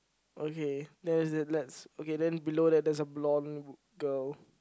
okay then is it let's okay then below that there's a blonde girl